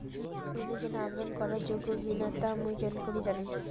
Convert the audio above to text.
মুই ঋণের জন্য আবেদন করার যোগ্য কিনা তা মুই কেঙকরি জানিম?